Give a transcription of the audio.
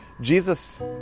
Jesus